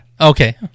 Okay